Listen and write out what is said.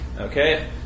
Okay